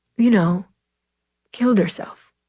you know killed herself.